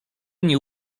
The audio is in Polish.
nie